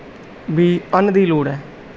ਵੀ ਅੰਨ ਦੀ ਲੋੜ ਹੈ